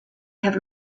have